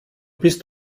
bist